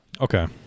Okay